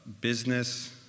business